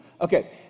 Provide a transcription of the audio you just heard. Okay